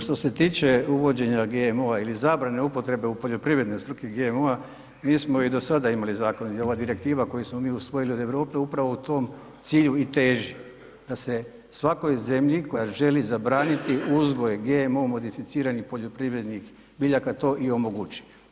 Što se tiče uvođenja GMO-a ili zabrane upotrebe u poljoprivredne svrhe GMO-a, mi smo i do sada imali zakon i ova direktiva koju smo mi usvoji od Europe upravo tom cilju i teži da se svakoj zemlji koja želi zabraniti uzgoj GMO-o modificiranih poljoprivrednih biljaka to i omogući.